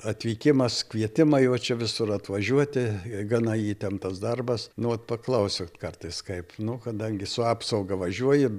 atvykimas kvietimai jau čia visur atvažiuoti ir gana įtemptas darbas nu vat paklausiu kartais kaip nu kadangi su apsauga važiuoji